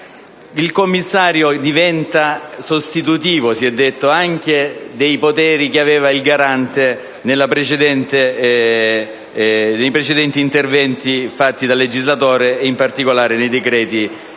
Il commissario acquisisce - si è detto - anche i poteri che aveva il Garante nei precedenti interventi fatti dal legislatore e, in particolare, nei decreti